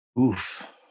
Oof